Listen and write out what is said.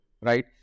right